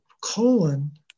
colon